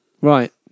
Right